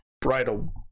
bridal